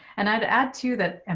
and i'd add to that. and